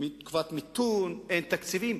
תקופת מיתון, אין תקציבים,